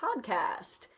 podcast